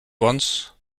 once